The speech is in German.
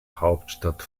hauptstadt